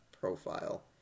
profile